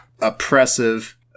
oppressive